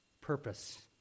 Purpose